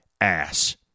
ass